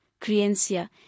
creencia